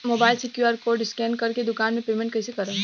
Mobile से QR code scan कर के दुकान मे पेमेंट कईसे करेम?